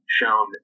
shown